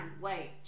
wait